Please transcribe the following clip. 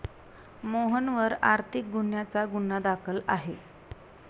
मोहनवर आर्थिक गुन्ह्याचा गुन्हा दाखल आहे